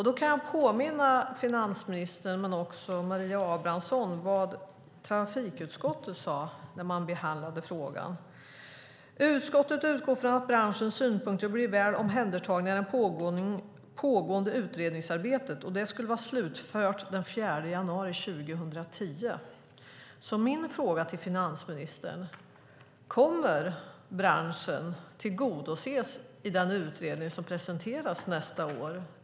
Då kan jag påminna finansministern men också Maria Abrahamsson om vad trafikutskottet sade när man behandlade frågan: Utskottet utgår från att branschens synpunkter blir väl omhändertagna i det pågående utredningsarbetet. Det skulle vara slutfört den 4 januari 2010. Min fråga till finansministern är: Kommer branschen att tillgodoses i den utredning som presenteras nästa år?